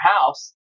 house